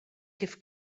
kif